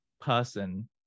person